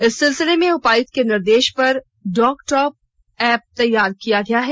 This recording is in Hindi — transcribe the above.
इस सिलसिले में उपायुक्त के निर्देश पर डॉकटॉप एप्प तैयार किया गया है